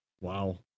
wow